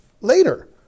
later